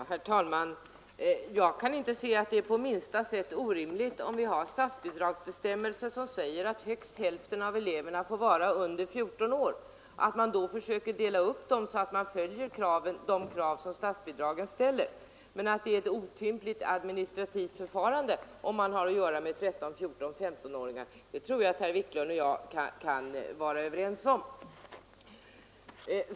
Herr talman! Jag kan inte se att det är på minsta sätt orimligt om vi nu har en statsbidragsbestämmelse som säger att högst hälften av eleverna får vara under 14 år — att man försöker dela upp eleverna så att man uppfyller de krav som ställs för att få statsbidrag. Att detta är ett otympligt administrativt förfarande, om man har att göra med 13-, 14 och 1S5-åringar, det tror jag herr Wiklund och jag kan vara överens om.